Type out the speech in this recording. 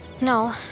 No